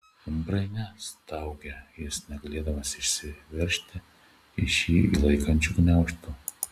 umbrai ne staugė jis negalėdamas išsiveržti iš jį laikančių gniaužtų